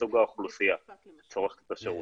ולומר בהתאם לסוג האוכלוסייה לצורך מתן השירות.